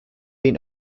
been